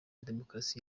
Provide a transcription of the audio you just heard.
demokarasi